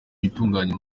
itunganya